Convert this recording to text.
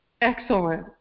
Excellent